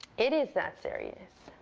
it is that serious.